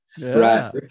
Right